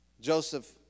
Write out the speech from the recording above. Joseph